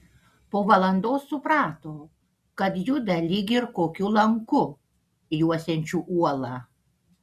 po valandos suprato kad juda lyg ir kokiu lanku juosiančiu uolą